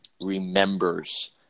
remembers